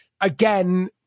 again